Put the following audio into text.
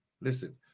Listen